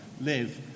live